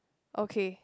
okay